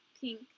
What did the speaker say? pink